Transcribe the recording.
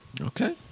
Okay